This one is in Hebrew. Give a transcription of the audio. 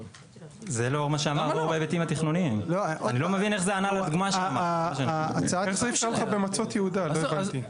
איך זה יפגע לך במצות יהודה, לא הבנתי.